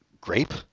Grape